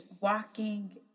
walking